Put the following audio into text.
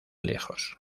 lejos